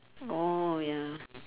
oh ya